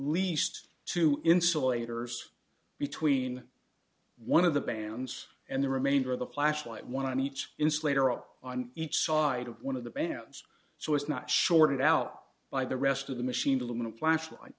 least two insulators between one of the bands and the remainder of the flashlight want to each insulator out on each side of one of the bands so it's not shorted out by the rest of the machined aluminum flashlight